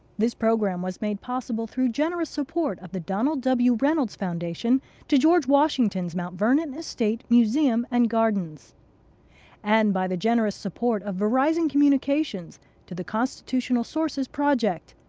this program was made possible through generous support of the donald w. reynolds foundation to george washington's mount vernon estate, museum and gardens and by the generous support of verizon communications to the constitutional sources project.